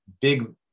big